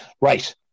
right